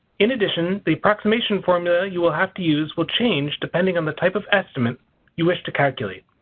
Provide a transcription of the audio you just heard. in addition the approximation formula you will have to use will change depending on the type of estimate you wish to calculate.